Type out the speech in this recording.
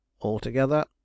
altogether